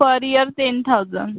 per year ten thousand